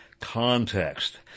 context